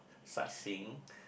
sightseeing